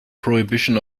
prohibition